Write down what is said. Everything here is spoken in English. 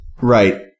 Right